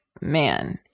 man